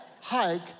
hike